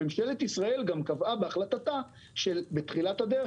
ממשלת ישראל גם קבעה בהחלטתה בתחילת הדרך,